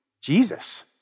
Jesus